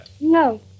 No